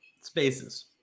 spaces